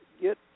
get